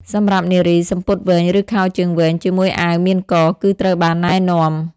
សម្រាប់នារី សំពត់វែង ឬខោជើងវែងជាមួយអាវមានក គឺត្រូវបានណែនាំ។